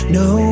no